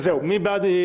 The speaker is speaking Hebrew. מי בעד?